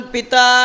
Pita